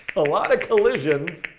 a lot of collisions.